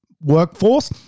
workforce